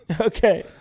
Okay